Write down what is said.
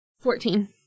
Fourteen